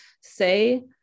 say